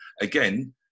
again